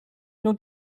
nią